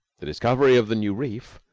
the discovery of the new reef,